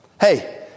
Hey